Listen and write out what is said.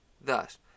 Thus